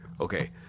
Okay